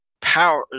power